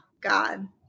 God